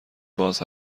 باز